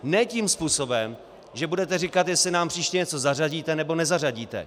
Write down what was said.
Ne tím způsobem, že budeme říkat, jestli nám příště něco zařadíte, nebo nezařadíte.